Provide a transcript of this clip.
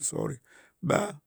sorry ba.